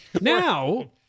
Now